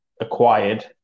acquired